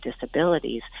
disabilities